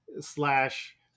slash